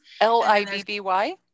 l-i-b-b-y